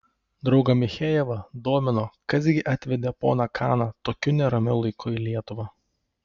draugą michejevą domino kas gi atvedė poną kaną tokiu neramiu laiku į lietuvą